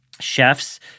Chefs